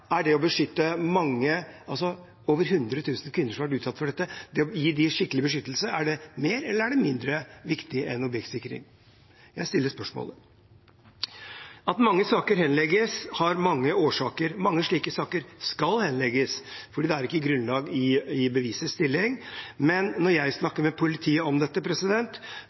Er det å beskytte over 100 000 kvinner som har vært utsatt for dette – å gi dem skikkelig beskyttelse – mer eller mindre viktig enn objektsikring? Jeg stiller spørsmålet. At mange saker henlegges, har mange årsaker. Mange slike saker skal henlegges, for det er ikke grunnlag i bevisets stilling. Men når jeg snakker med politiet om dette,